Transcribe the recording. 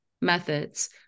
methods